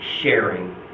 sharing